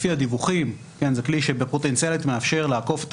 לפי הדיווחים זה כלי שפוטנציאלית מאפשר לעקוף את